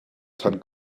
tan